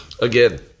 Again